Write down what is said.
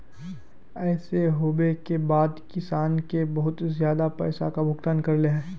ऐसे होबे के बाद किसान के बहुत ज्यादा पैसा का भुगतान करले है?